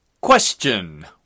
Question